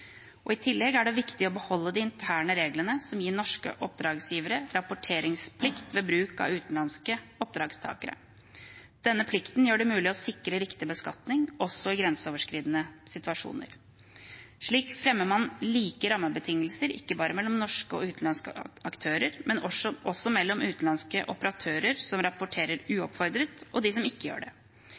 I tillegg er det viktig å beholde de interne reglene som gir norske oppdragsgivere rapporteringsplikt ved bruk av utenlandske oppdragstakere. Denne plikten gjør det mulig å sikre riktig beskatning også i grenseoverskridende situasjoner. Slik fremmer man like rammebetingelser ikke bare mellom norske og utenlandske aktører, men også mellom utenlandske operatører som rapporterer uoppfordret, og dem som ikke gjør det.